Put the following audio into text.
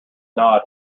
nod